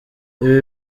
ibi